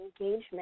engagement